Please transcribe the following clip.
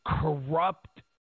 corrupt